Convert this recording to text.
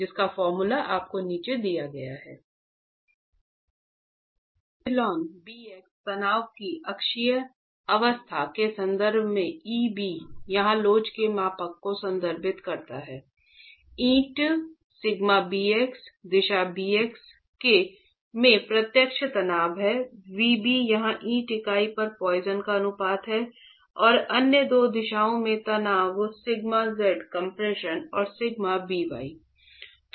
तो ε bx तनाव की त्रिअक्षीय अवस्था के संदर्भ में Eb यहाँ लोच के मापांक को संदर्भित करता है ईंट σ bx दिशा bx में प्रत्यक्ष तनाव है νb यहां ईंट इकाई का पॉइसन का अनुपात है और अन्य दो दिशाओं में तनाव σ z कम्प्रेशन और σ by